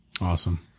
Awesome